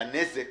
שהנזק